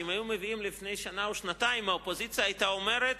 שאם היו מביאים לפני שנה או שנתיים האופוזיציה היתה אומרת: